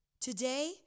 today